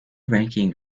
ranking